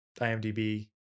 IMDb